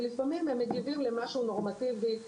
ולפעמים הם מגיבים למשהו נורמטיבי,